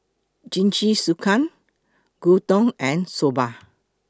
Jingisukan Gyudon and Soba